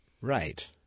Right